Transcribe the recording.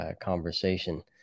conversation